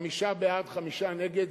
חמישה בעד, חמישה נגד.